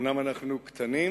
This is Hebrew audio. אומנם אנחנו קטנים,